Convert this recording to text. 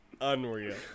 unreal